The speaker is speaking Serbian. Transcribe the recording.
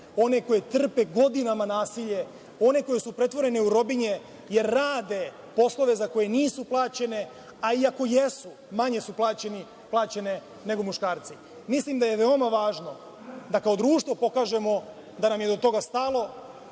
neke trpe godinama nasilje, one koje su pretvorene u robinje, jer rade poslove za koje nisu plaćene, a i ako jesu, manje su plaćene nego muškarci. Mislim da je veoma važno da kao društvo pokažemo da nam je do toga stalo,